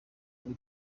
kuba